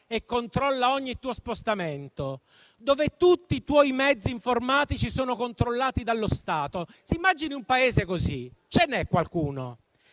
e controlla ogni tuo spostamento, dove tutti i tuoi mezzi informatici sono controllati dallo Stato, si immagini un Paese così (ce n'è qualcuno).